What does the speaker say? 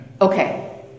okay